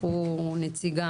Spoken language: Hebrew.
שלחו נציגה,